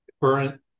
current